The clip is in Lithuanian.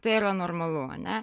tai yra normalu ane